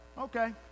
Okay